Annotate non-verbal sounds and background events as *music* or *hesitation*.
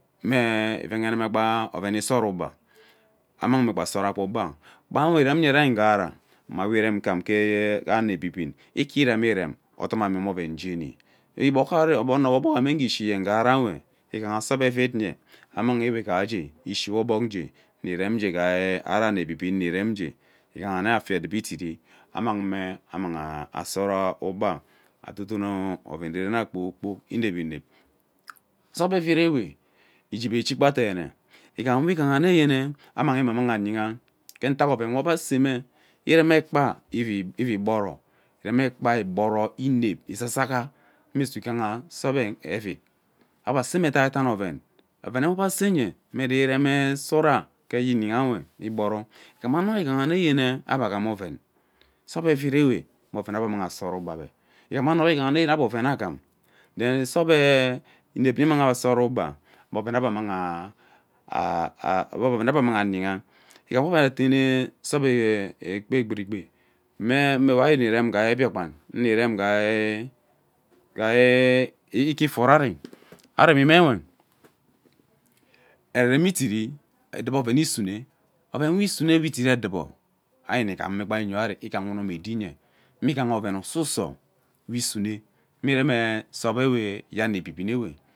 Mme ivenema oven isora ugba, ammang me agba asora ugbe awa kpanwe irem nye rain ughara mme we irem gham kee ano ebi bn ike irememem odomame nme oven jeni *hesitation* ono we ogbogame ugee ishi yee ughara eme egha soap evid enye ammang ewe gahge ishi wo ogbog uge iremi ghanje ari ano ebibin nn irem uje ighama afia edubo ediri ammangme ammang asoro ugba ah dodono oven ene ren kpoor kpok inep inep soap evid ewe igive eehi gba deene igham we ighahne ammangme annang ayiha gee ntak oven we ebe aseme irem ekpa evi gboro inep izazaga imisu igha soap evid ebe seme edaidan oven, oven nwe ebe asenye imiri irem sora ke ye inhiya igboro igham ano we igham mme ebe gham oren soap evid mmi oven we ebe mmang asora ugba ebe igham ano we ighame ebe oven agham then soap we inevi mme ebe ammang asora ugba ebe oven agham then soap we inevi mme ebe ammang asora ugba mme oven webe amang anyiha ighma we ebe atene soap ee ekpe egbrigbe me we ari nnirem ghai Biakpan nnerem ghee ike foro ari. aremime uwe ererem edit edubo oven isune oven we isume we ediridi edube ari ighama kpa yiori ewe igha unom edi nye mme igha oven usoso we isume mme ireme soap ewe ye ano ebibin.